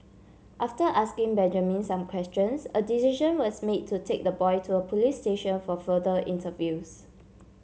after asking Benjamin some questions a decision was made to take the boy to a police station for further interviews